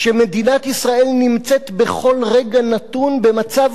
שמדינת ישראל נמצאת בכל רגע נתון במצב